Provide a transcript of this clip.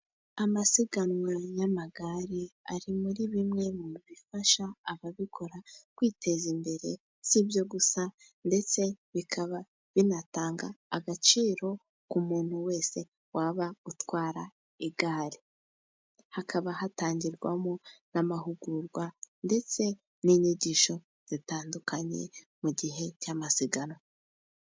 Amasiganwa y'amagare, ari muri bimwe mu bifasha ababikora kwiteza imbere, si'byo gusa ndetse bikaba binatanga agaciro ku muntu wese waba utwara igare, hakaba hatangirwamo n'amahugurwa, ndetse n'inyigisho zitandukanye mu gihe cy'amasiganwa.